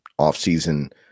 offseason